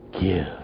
give